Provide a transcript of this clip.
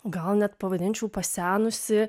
gal net pavadinčiau pasenusį